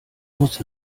muss